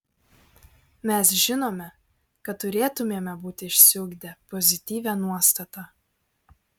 mes žinome kad turėtumėme būti išsiugdę pozityvią nuostatą